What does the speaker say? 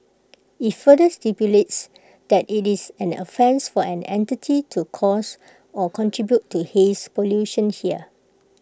IT further stipulates that IT is an offence for any entity to cause or contribute to haze pollution here